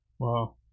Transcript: Wow